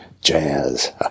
jazz